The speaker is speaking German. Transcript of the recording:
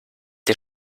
ihr